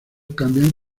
cambian